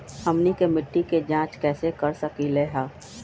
हमनी के मिट्टी के जाँच कैसे कर सकीले है?